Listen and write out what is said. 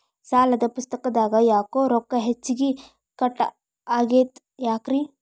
ಸಾಲದ ಪುಸ್ತಕದಾಗ ಯಾಕೊ ರೊಕ್ಕ ಹೆಚ್ಚಿಗಿ ಕಟ್ ಆಗೆದ ಯಾಕ್ರಿ?